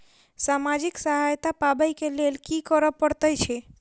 सामाजिक सहायता पाबै केँ लेल की करऽ पड़तै छी?